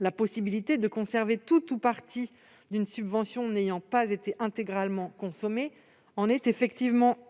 La possibilité de conserver tout ou partie d'une subvention n'ayant pas été intégralement consommée en est